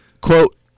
Quote